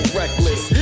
reckless